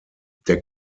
der